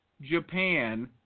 Japan